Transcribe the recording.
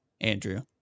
Andrew